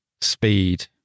Speed